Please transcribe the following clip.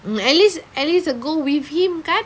mm at least at least a goal with him kan